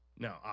No